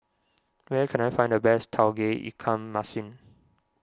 where can I find the best Tauge Ikan Masin